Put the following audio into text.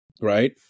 right